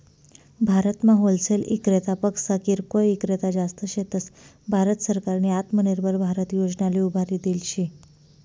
भारतमा होलसेल इक्रेतापक्सा किरकोय ईक्रेता जास्त शेतस, भारत सरकारनी आत्मनिर्भर भारत योजनाले उभारी देल शे